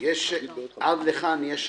עד לכאן יש הערות?